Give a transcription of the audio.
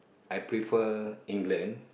I prefer England